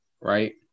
right